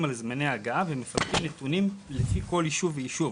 על זמני ההגעה ומפתחים נתונים לפי כל ישוב וישוב.